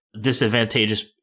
disadvantageous